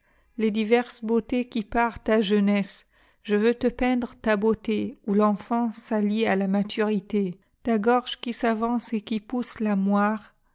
les diverses beautés qui parent ta jeunesse je veux te peindre ta beauté où l'enfance s'allie à la maturité ta gorge qui s'avance et qui pousse